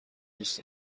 دوست